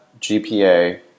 gpa